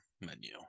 menu